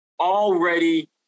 already